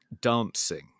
dancing